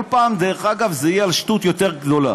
כל פעם, דרך אגב, זה יהיה על שטות יותר גדולה.